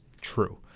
true